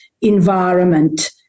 environment